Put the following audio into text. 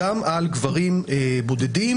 גם על גברים בודדים,